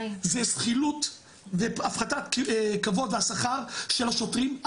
זה זחילות, זה הפחתת כבוד והשכר של השוטרים.